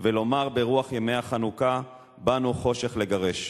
ולומר, ברוח ימי החנוכה: "באנו חושך לגרש".